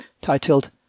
titled